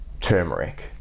turmeric